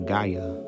Gaia